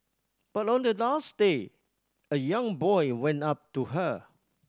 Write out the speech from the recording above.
but on the last day a young boy went up to her